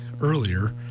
earlier